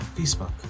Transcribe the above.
Facebook